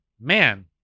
Man